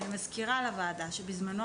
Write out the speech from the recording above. אני מזכירה לוועדה שבזמנו,